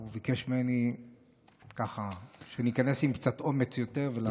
הוא ביקש ממני להיכנס עם קצת יותר אומץ ולעשות את זה.